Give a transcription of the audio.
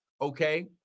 okay